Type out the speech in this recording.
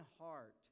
heart